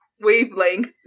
wavelength